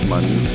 Money